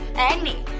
and knee.